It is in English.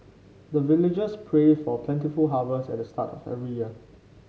the villagers pray for plentiful harvest at the start of every year